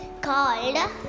called